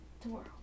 tomorrow